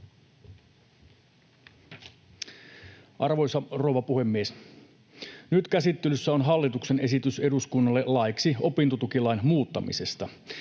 Arvoisa rouva puhemies! Nyt käsittelyssä on hallituksen esitys eduskunnalle laiksi opintotukilain muuttamisesta.